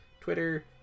Twitter